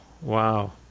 wow